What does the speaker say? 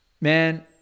man